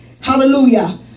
hallelujah